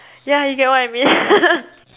yeah you get what I mean